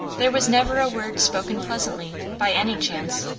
there was never a word spoken pleasantly, by any chance,